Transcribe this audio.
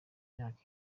myaka